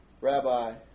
Rabbi